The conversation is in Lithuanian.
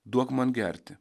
duok man gerti